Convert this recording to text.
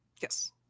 Yes